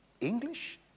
English